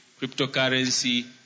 cryptocurrency